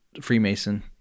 freemason